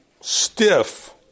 stiff